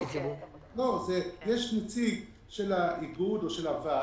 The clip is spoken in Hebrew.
יש נציג של האיגוד או של הוועד,